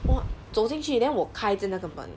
我走进去 then 我开着那个门